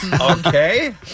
Okay